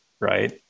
Right